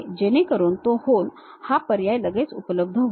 जेणेकरून तो होल हा पर्याय लगेच उपलब्ध होईल